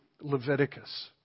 Leviticus